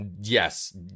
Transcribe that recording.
Yes